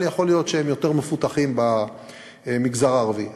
אבל יכול להיות שהם יותר מפותחים במגזר הערבי.